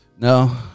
No